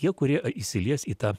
tie kurie įsilies į tą